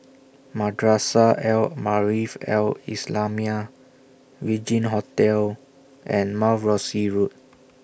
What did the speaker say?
Madrasah Al Maarif Al Islamiah Regin Hotel and Mount Rosie Road